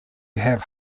have